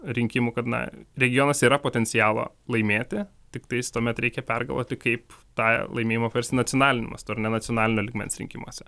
rinkimų kad na regionuose yra potencialo laimėti tiktais tuomet reikia pergalvoti kaip tą laimėjimą paversti nacionaliniu mastu ar ne nacionalinio lygmens rinkimuose